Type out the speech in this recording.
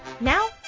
Now